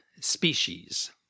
species